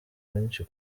benshi